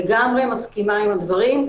אני לגמרי מסכימה עם הדברים.